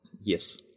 Yes